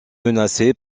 menacé